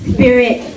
Spirit